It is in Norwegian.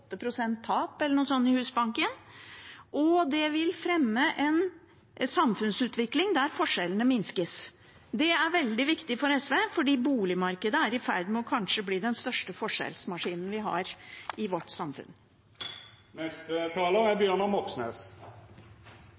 tap eller noe slikt i Husbanken. Det vil fremme en samfunnsutvikling der forskjellene minskes. Det er veldig viktig for SV, for boligmarkedet er i ferd med å bli kanskje den største forskjellsmaskinen vi har i vårt